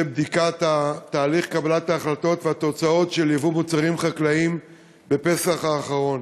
בדיקת תהליך קבלת ההחלטות והתוצאות של ייבוא מוצרים חקלאיים בפסח האחרון.